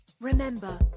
Remember